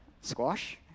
squash